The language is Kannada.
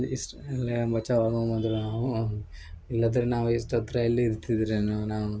ಇಷ್ಟರಲ್ಲೇ ಬಚಾವ್ ಆಕೊಂಬಂದರು ನಾವು ಇಲ್ಲದಿರೆ ನಾವು ಇಷ್ಟು ಹತ್ರ ಎಲ್ಲಿ ಇರ್ತಿದ್ದರೇನೋ ನಾವು